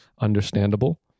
Understandable